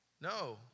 No